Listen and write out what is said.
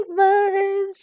vibes